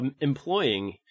employing